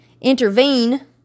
Intervene